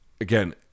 again